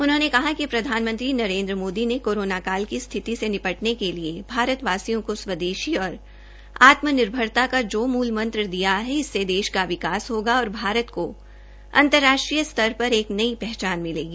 उन्होंने कहा कि प्रधानमंत्री ने कोरोना काल की स्थिति से निपटने के लिए भारतवासियों के स्वदेशी और आत्मनिर्भरता का जो मूल मंत्र दिया है इससे देश का विकास होगा और भारत को अंतर्राष्ट्रीय स्तर पर एक नई पहचान मिलेगी